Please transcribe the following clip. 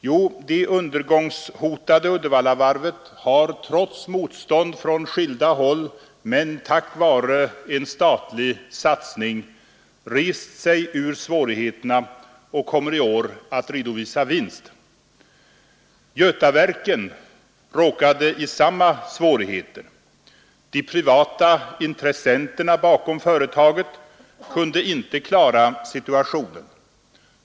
Jo, det undergångshotade Uddevallavarvet har, trots motstånd från skilda håll men tack vare en statlig satsning, rest sig ur svårigheterna och kommer i år att redovisa vinst. Götaverken råkade i samma svårigheter. De privata intressenterna bakom företaget kunde inte klara situationen.